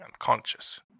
unconscious